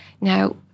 Now